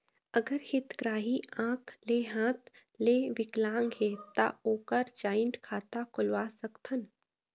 अगर हितग्राही आंख ले हाथ ले विकलांग हे ता ओकर जॉइंट खाता खुलवा सकथन?